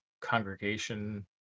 congregation